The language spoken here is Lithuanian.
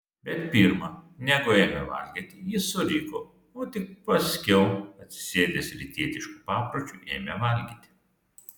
bet pirma negu ėmė valgyti jis suriko o tik paskiau atsisėdęs rytietišku papročiu ėmė valgyti